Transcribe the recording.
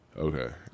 Okay